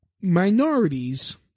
minorities